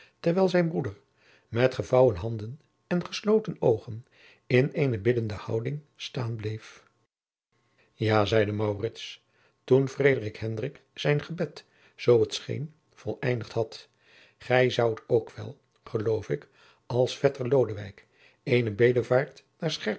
terwijl zijn broeder met gevouwen handen en gesloten oogen in eene biddende houding staan bleef ja zeide maurits toen frederik hendrik zijn gebed zoo t scheen voleindigd had gij zoudt ook wel geloof ik als vetter lodewijk eene bedevaart